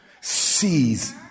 sees